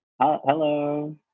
Hello